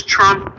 Trump